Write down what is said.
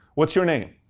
what's your name?